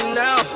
now